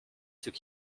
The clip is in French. ceux